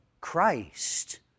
Christ